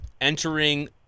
entering